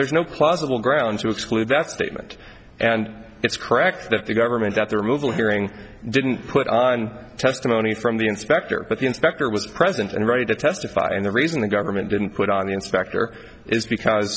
there's no plausible grounds to exclude that statement and it's correct that the government that the removal hearing didn't put on testimony from the inspector but the inspector was present and ready to testify and the reason the government didn't put on the inspector is because